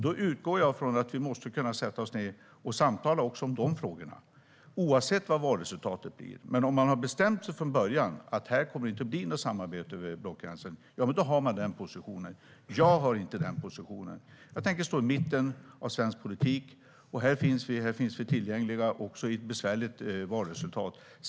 Då utgår jag från att vi måste kunna sätta oss ned och samtala även om dessa frågor, oavsett vad valresultatet blir. Om man har bestämt sig från början att här kommer det inte att bli något samarbete över blockgränsen, då har man den positionen. Jag har inte den positionen. Jag tänker stå i mitten av svensk politik, och här finns vi tillgängliga också vid ett besvärligt valresultat.